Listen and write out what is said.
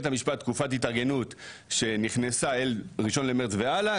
המשפט תקופת התארגנות שנכנס אל 1 למרץ והלאה,